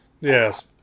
Yes